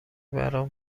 برام